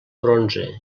bronze